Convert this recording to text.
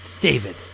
David